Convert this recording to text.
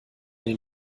den